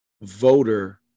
voter